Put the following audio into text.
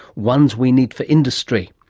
ones we need for industry.